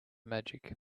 magic